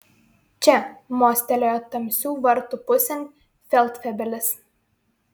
čia mostelėjo tamsių vartų pusėn feldfebelis